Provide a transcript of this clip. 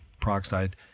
peroxide